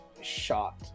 shot